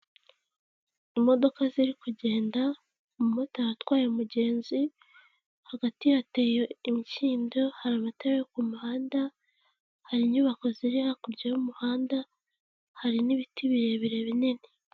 Imodoka ziri kugenda, umumotari atwaye umugenzi, hagati hateye, imikindo hari amatara yo ku muhanda, hari inyubako ziri hakurya y'umuhanda, hari n'ibiti birebire binini.